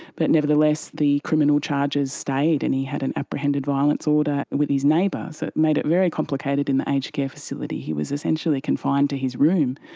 but nevertheless the criminal charges stayed and he had an apprehended violence order with his neighbour. so it made it very complicated in the aged care facility, he was essentially confined to his room.